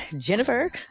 Jennifer